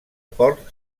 port